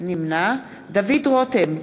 דוד רותם,